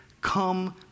come